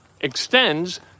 extends